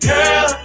Girl